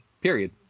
period